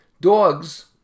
Dogs